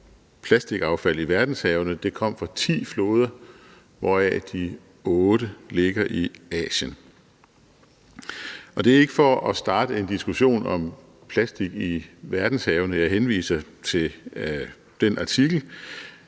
plastikaffald i verdenshavene kom fra ti floder, hvoraf de otte ligger i Asien. Det er ikke for at starte en diskussion om plastik i verdenshavene, at jeg henviser til den artikel,